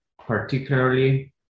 particularly